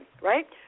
right